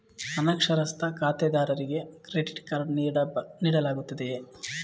ಅನಕ್ಷರಸ್ಥ ಖಾತೆದಾರರಿಗೆ credit card ನೀಡಲಾಗುತ್ತದೆಯೇ?